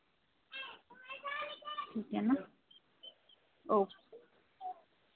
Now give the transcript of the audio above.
ठीक है ना ओके